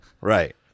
right